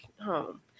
home